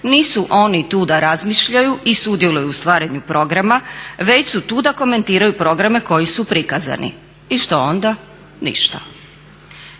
"Nisu oni tu da razmišljaju i sudjeluju u stvaranju programa već su tu da komentiraju programe koji su prikazani." I što onda? Ništa.